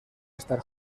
estar